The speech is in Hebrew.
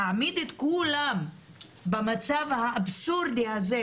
להעמיד את כולן במצב האבסורדי הזה,